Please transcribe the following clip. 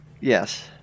yes